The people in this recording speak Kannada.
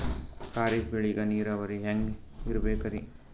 ಖರೀಫ್ ಬೇಳಿಗ ನೀರಾವರಿ ಹ್ಯಾಂಗ್ ಇರ್ಬೇಕರಿ?